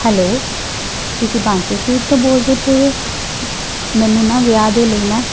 hello ਤੁਸੀਂ Bansal sweet ਤੋਂ ਬੋਲਦੇ ਪਏ ਹੋ ਮੈਨੂੰ ਨਾ ਵਿਆਹ ਦੇ ਲਈ ਨਾ